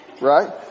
right